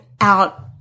out